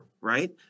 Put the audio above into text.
right